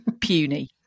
puny